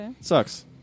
Sucks